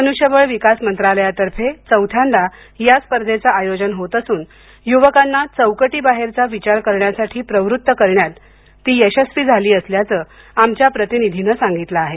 मनुष्यबळ विकास मंत्रालयातर्फे चौथ्यांदा या स्पर्धेचं आयोजन होत असून युवकांना चौकटीबाहेरचा विचार करण्यासाठी प्रवृत्त करण्यात ती यशस्वी झाली असल्याचं आमच्या प्रतिनिधीनं सांगितलं आहे